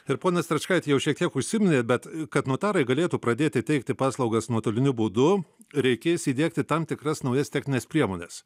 ir pone stračkaiti jau šiek tiek užsiminėt bet kad notarai galėtų pradėti teikti paslaugas nuotoliniu būdu reikės įdiegti tam tikras naujas technines priemones